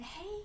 hey